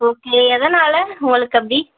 okay எதனால் உங்களுக்கு அப்படி